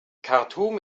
khartum